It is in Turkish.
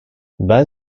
ben